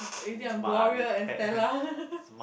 is it on Gloria and Stella